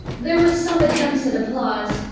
there was some attempts at applause,